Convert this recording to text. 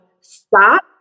stop